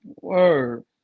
Word